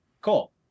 cool